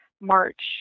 March